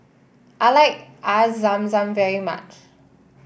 I like Air Zam Zam very much